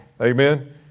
Amen